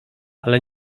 ale